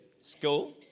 school